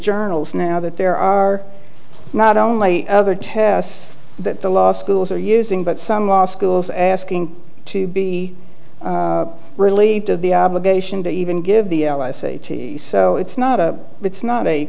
journals now that there are not only other tests that the law schools are using but some law schools asking to be relieved of the obligation to even give the l s a t so it's not a with is not a